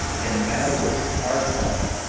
and the battle was hard fought,